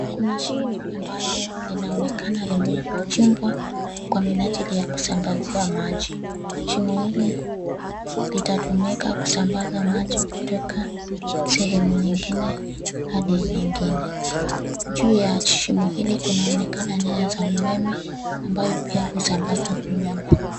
Kuna shimo ambalo linaonekana limechimbwa kwa minajili ya kusambazia maji. Shimo hili linatumika kusambaza maji kutoka sehemu nyingine hadi nyingine. Juu ya shimo hili kunaonekana nyaya za umeme ambayo pia husambaza umeme.